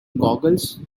googles